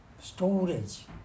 Storage